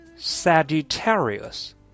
Sagittarius